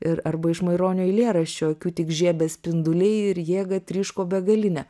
ir arba iš maironio eilėraščio akių tik žiebė spinduliai ir jėga tryško begaline